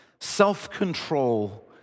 Self-control